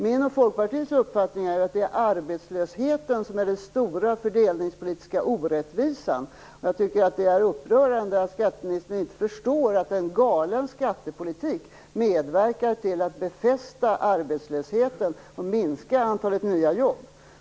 Min och Folkpartiets uppfattning är att det är arbetslösheten som är den stora fördelningspolitiska orättvisan. Det är upprörande att skatteministern inte förstår att en galen skattepolitik medverkar till att befästa arbetslösheten och minska antalet nya jobb.